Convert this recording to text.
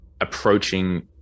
approaching